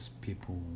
people